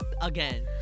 Again